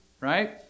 right